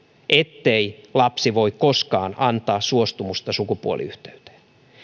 ettei lapsi voi koskaan antaa suostumusta sukupuoliyhteyteen